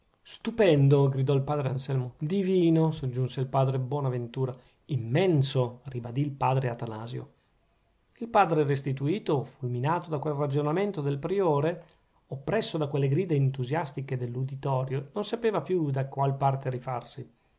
stupendo gridò il padre anselmo divino soggiunse il padre bonaventura immenso ribadì il padre atanasio il padre restituto fulminato da quel ragionamento del priore oppresso da quelle grida entusiastiche dell'uditorio non sapeva più da qual parte rifarsi